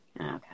okay